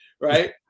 Right